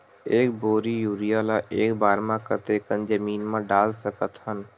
एक बोरी यूरिया ल एक बार म कते कन जमीन म डाल सकत हन?